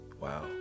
wow